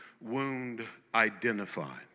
wound-identified